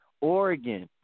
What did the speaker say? Oregon